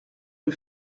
rue